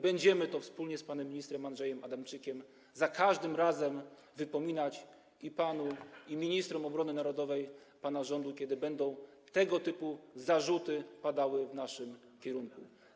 Będziemy to wspólnie z panem ministrem Andrzejem Adamczykiem za każdym razem wypominać panu i ministrom obrony narodowej pana rządu, kiedy tego typu zarzuty będą padały w naszym kierunku.